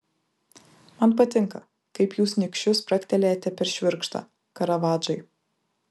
man patinka kaip jūs nykščiu spragtelėjate per švirkštą karavadžai